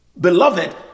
beloved